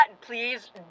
Please